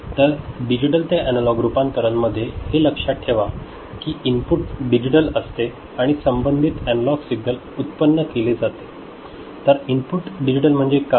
तर डिजिटल ते अॅनालॉग रूपांतरण मध्ये हे लक्षात ठेवा की इनपुट डिजिटल असते आणि संबंधित अॅनालॉग सिग्नल उत्पन्न केले जाते तर इनपुट डिजिटल म्हणजे काय